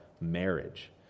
marriage